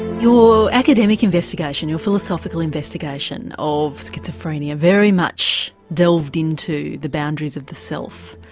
your academic investigation, your philosophical investigation of schizophrenia very much delved into the boundaries of the self,